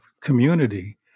community